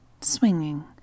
Swinging